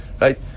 Right